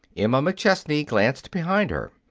emma mcchesney glanced behind her.